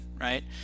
right